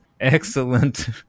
excellent